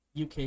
uk